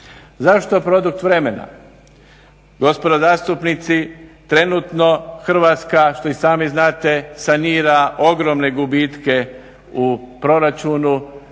Zašto produkt vremena? Gospodo zastupnici trenutno Hrvatska što i sami znate sanira ogromne gubitke u proračunu.